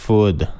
Food